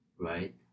Right